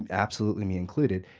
and absolutely me included,